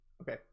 okay